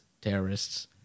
terrorists